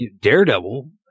Daredevil